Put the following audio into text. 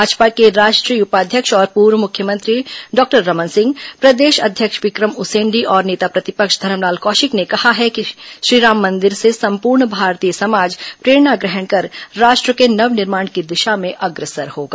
भाजपा के राष्ट्रीय उपाध्यक्ष और पूर्व मुख्यमंत्री डॉक्टर रमन सिंह प्रदेश अध्यक्ष विक्रम उसेंडी और नेता प्रतिपक्ष धरमलाल कौशिक ने कहा है कि श्रीराम मंदिर से सम्पूर्ण भारतीय समाज प्रेरणा ग्रहण कर राष्ट्र के नव निर्माण की दिशा में अग्रसर होगा